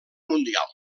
mundial